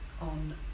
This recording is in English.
on